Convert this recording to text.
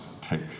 take